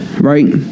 right